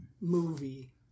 movie